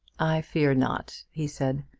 i fear not, he said.